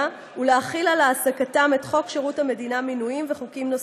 ולהחיל על העסקתם את חוק שירות המדינה (מינויים וחוקים נוספים).